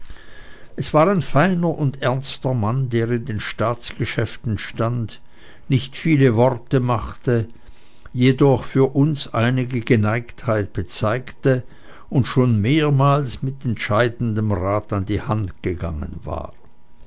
es war ein feiner und ernster mann der in den staatsgeschäften stand nicht viele worte machte jedoch für uns einige geneigtheit bezeigte und schon mehrmals mit entscheidendem rat an die hand gegangen war